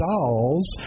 dolls